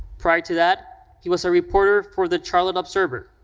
prior to that, he was a reporter for the charlotte observer.